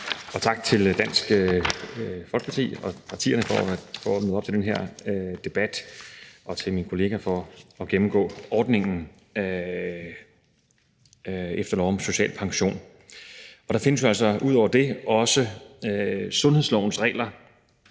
Tak til Dansk Folkeparti og partierne for at møde op til den her debat og til min kollega for at gennemgå ordningen efter lov om social pension. Der findes ud over den også sundhedslovens regler